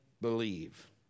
believe